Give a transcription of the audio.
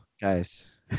Guys